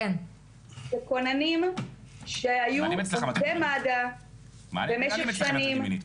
זה כוננים שהיו עובדי מד"א במשך שנים